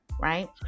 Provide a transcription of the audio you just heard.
right